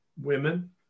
Women